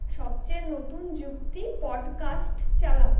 সবচেয়ে নতুন যুক্তি পডকাস্ট চালাও